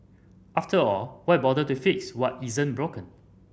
after all why bother to fix what isn't broken